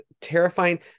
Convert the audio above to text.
terrifying